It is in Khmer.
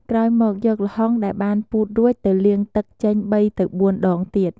ក្រោយមក យកល្ហុងដែលបានពូតរួចទៅលាងទឹកចេញ ៣ ទៅ ៤ ដងទៀត។